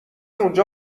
اونجا